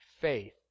faith